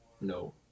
No